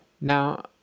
Now